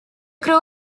crew